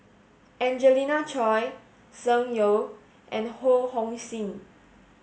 Angelina Choy Tsung Yeh and Ho Hong Sing